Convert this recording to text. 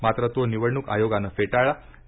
मात्र तो निवडणूक आयोगाने फेटाळला आहे